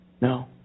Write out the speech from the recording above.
No